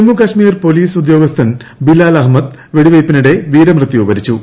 Jammu Kashmir police ഉദ്യോഗസ്ഥൻ ബിലാൽ അഹമ്മദ് വെടിവയ്പ്പിനിടെ വീരമൃത്യു വരിച്ചു